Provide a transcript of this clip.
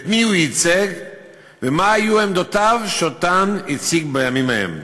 את מי הוא ייצג ומה היו העמדות שהוא הציג בימים ההם.